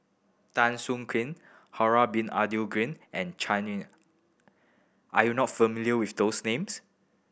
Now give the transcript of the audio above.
Tan Soo Khoon Harun Bin Abdul Ghani and Chua Nam are you not familiar with those names